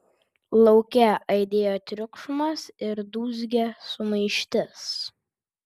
lauke aidėjo triukšmas ir dūzgė sumaištis